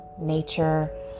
nature